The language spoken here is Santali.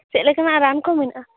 ᱪᱮᱫᱞᱮᱠᱟᱱᱟᱜ ᱨᱟᱱ ᱠᱚ ᱢᱮᱱᱟᱜᱼᱟ